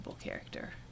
character